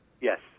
Yes